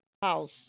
House